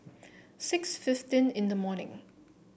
six fifteen in the morning